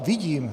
Vidím!